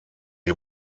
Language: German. die